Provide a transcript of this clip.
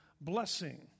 blessing